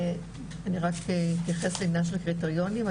אני רק יתייחס לעניין של הקריטריונים?